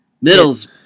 Middles